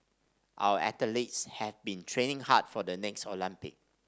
our athletes have been training hard for the next Olympics